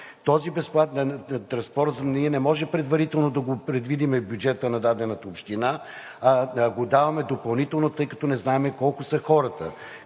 Този транспорт ние не можем предварително да го предвидим в бюджета на дадената община, а го даваме допълнително, тъй като не знаем колко са хората,